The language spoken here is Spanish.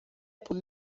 por